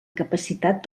capacitat